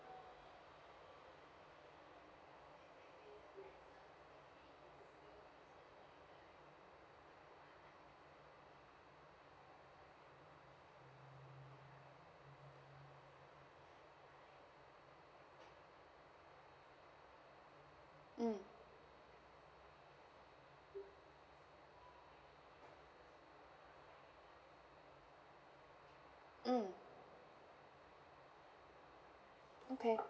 mm mm okay